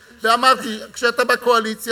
ואמרתי: כשאתה בקואליציה,